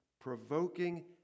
provoking